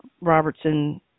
Robertson –